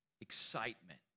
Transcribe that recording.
excitement